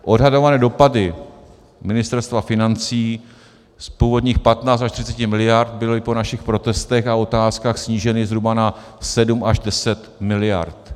Odhadované dopady Ministerstva financí z původních 15 až 30 miliard byly po našich protestech a otázkách sníženy zhruba na 7 až 10 miliard.